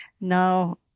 Now